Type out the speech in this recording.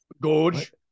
Gorge